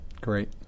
Great